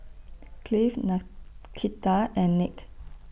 Cleve Nakita and Nick